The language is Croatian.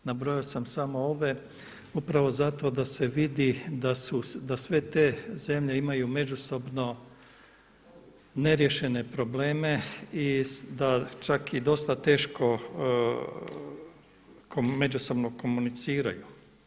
Nabrojao sam samo ove upravo zato da se vidi da sve te zemlje imaju međusobno neriješene probleme i da čak i dosta teško međusobno komuniciraju.